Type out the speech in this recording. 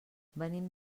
venim